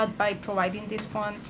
ah by providing this fund,